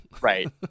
Right